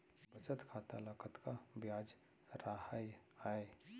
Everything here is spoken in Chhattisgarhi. बचत खाता ल कतका ब्याज राहय आय?